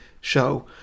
show